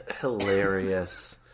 Hilarious